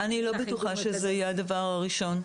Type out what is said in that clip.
אני לא בטוחה שזה יהיה הדבר הראשון.